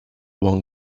one